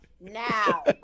Now